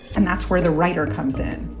and that's where the writer comes in.